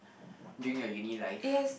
during your uni life